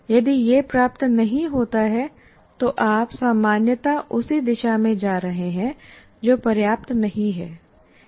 यदि यह प्राप्त नहीं होता है तो आप सामान्यतया उसी दिशा में जा रहे हैं जो पर्याप्त नहीं है